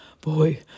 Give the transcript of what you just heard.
boy